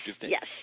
yes